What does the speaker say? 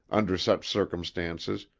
under such circumstances,